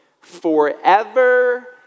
forever